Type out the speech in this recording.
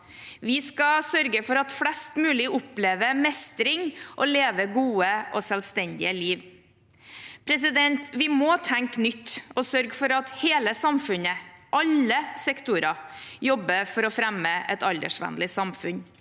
Vi skal sørge for at flest mulig opplever mestring og lever et godt og selvstendig liv. Vi må tenke nytt og sørge for at hele samfunnet, alle sektorer, jobber for å fremme et aldersvennlig samfunn.